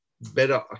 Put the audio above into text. better